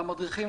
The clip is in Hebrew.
למדריכים,